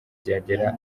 byagera